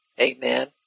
amen